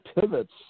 pivots